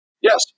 Yes